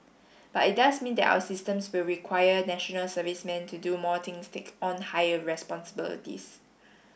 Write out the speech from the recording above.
but it does mean that our systems will require national servicemen to do more things take on higher responsibilities